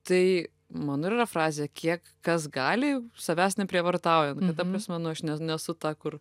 tai mano ir yra frazė kiek kas gali savęs neprievartaujant kad ta prasme nu aš nes nesu ta kur